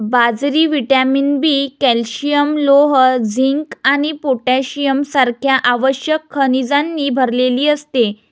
बाजरी vitamin B, calcium, लोह, zinc आणि पोटॅशियम सारख्या आवश्यक खनिजांनी भरलेली असते